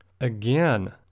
Again